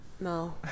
No